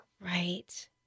Right